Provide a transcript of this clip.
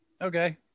Okay